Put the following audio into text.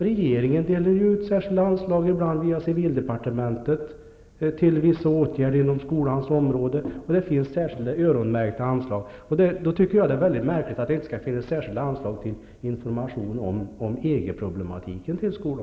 Regeringen delar ut särskilda anslag ibland via civildepartementet till vissa åtgärder inom skolans område. Det finns ju särskilda öronmärkta anslag. Jag tycker då att det är mycket märkligt att det inte skall finnas särskilda anslag till skolan för information om